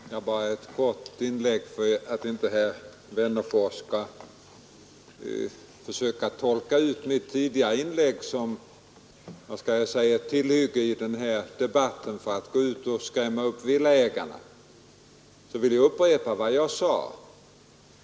Fru talman! Bara ett kort inlägg! För att inte herr Wennerfors skall försöka använda mitt tidigare anförande som tillhygge i debatten till att skrämma upp villaägarna vill jag upprepa vad jag sade.